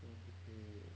不用出去